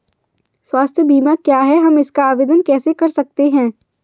स्वास्थ्य बीमा क्या है हम इसका आवेदन कैसे कर सकते हैं?